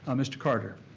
um mr. carter.